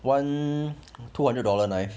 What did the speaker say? one two hundred dollar knife